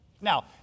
Now